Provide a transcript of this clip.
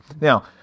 Now